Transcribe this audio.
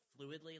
fluidly